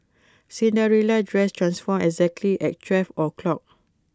Cinderella's dress transformed exactly at twelve o'clock